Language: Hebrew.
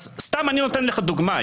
אז אני נותן לך דוגמה.